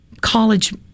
college